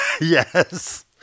Yes